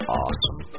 awesome